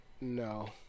no